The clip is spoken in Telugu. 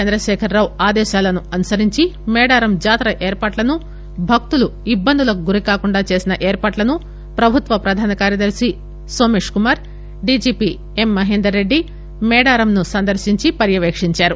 చంద్రశేఖర్ రావు ఆదేశాలను అనుసరించి మేడారం జాతర ఏర్పాట్లను భక్తులు ఇబ్బందులకు గురికాకుండా చేసిన ఏర్పాట్లను ప్రభుత్వ ప్రధాన కార్యదర్ని నోమేష్ కుమార్ డిజిపి ఎం మహేందర్ రెడ్డి మేడారంను సందర్పించి పర్యవేకించారు